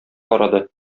карады